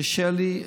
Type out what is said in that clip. קשה לי,